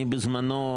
אני בזמנו,